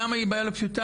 למה היא בעיה לא פשוטה?